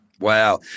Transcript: Wow